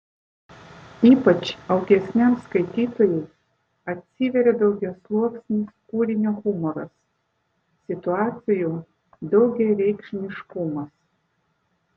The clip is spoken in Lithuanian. ypač augesniam skaitytojui atsiveria daugiasluoksnis kūrinio humoras situacijų daugiareikšmiškumas